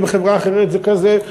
ובחברה אחרת זה כזה.